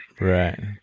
Right